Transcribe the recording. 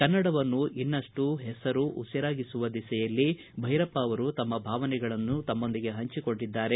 ಕನ್ನಡವನ್ನು ಇನ್ನಷ್ಟು ಹೆಸರು ಉಸಿರಾಗಿಸುವ ದಿಸೆಯಲ್ಲಿ ಭೈರಪ್ಪ ಅವರು ತಮ್ಮ ಭಾವನೆಗಳನ್ನು ನಮ್ಮೊಂದಿಗೆ ಪಂಚಿಕೊಂಡಿದ್ದಾರೆ